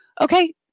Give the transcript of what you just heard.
Okay